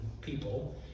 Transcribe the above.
people